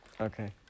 Okay